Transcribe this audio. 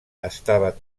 estava